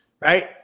right